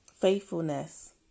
faithfulness